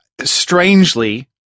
strangely